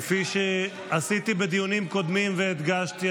כפי שעשיתי בדיונים קודמים והדגשתי,